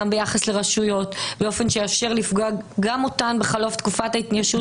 ביחס לרשויות באופן שיאפשר לתבוע גם אותן בחלוף תקופת ההתיישנות